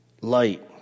light